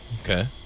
okay